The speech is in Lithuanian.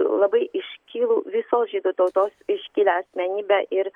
labai iškilų visos žydų tautos iškilę asmenybę ir